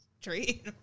treat